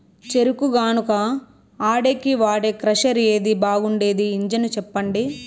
చెరుకు గానుగ ఆడేకి వాడే క్రషర్ ఏది బాగుండేది ఇంజను చెప్పండి?